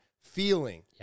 feeling